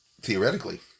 theoretically